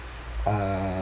uh